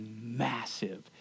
massive